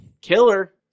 Killer